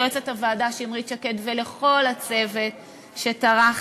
ליועצת הוועדה שמרית שקד ולכל הצוות שטרח